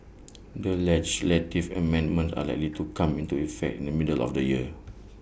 the legislative amendments are likely to come into effect in the middle of the year